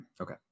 okay